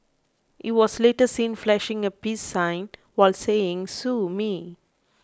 he was later seen flashing a peace sign while saying Sue me